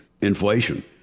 inflation